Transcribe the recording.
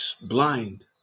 blind